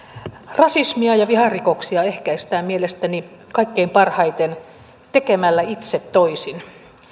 rasismia ja viharikoksia ehkäistään mielestäni kaikkein parhaiten tekemällä itse toisin